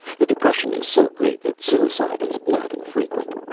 the depression is so great that suicide is not infrequent.